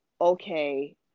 okay